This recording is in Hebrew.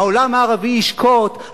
העולם הערבי ישקוט,